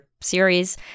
series